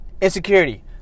Insecurity